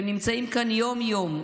הם נמצאים כאן יום-יום,